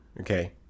Okay